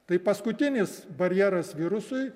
tai paskutinis barjeras virusui